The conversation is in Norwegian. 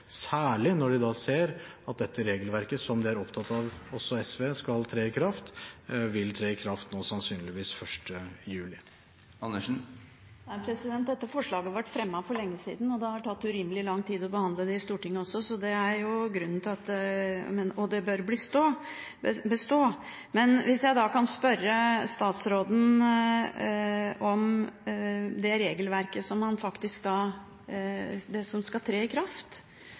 særlig når de så at dette regelverket, som også SV er opptatt av skal tre i kraft, sannsynligvis vil tre i kraft nå 1. juli. Nei, dette forslaget ble fremmet for lenge siden, og det har tatt urimelig lang tid å behandle det i Stortinget også, så det er grunnen til at dette bør bestå. Men hvis jeg kan spørre statsråden om det regelverket som skal tre i kraft. Der er det forhold som skal